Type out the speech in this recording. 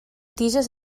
tiges